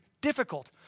difficult